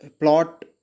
Plot